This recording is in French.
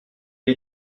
est